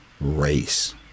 race